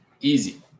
Easy